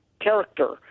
character